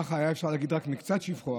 כך היה אפשר להגיד רק מקצת שבחו,